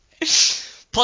Plus